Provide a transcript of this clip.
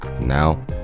Now